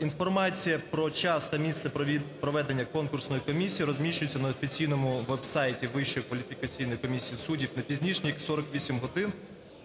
Інформація про час та місце проведення Конкурсної комісії розміщується на офіційному веб-сайті Вищої кваліфікаційної комісії суддів не пізніше ніж 48 годин,